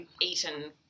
eaten